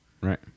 Right